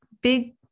big